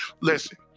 Listen